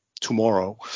tomorrow